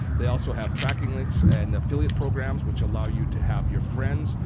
they also have tracking links and affiliate programs which allow you to have your friends,